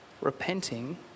repenting